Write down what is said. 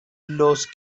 los